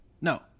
No